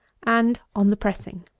and on the pressing.